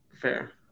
fair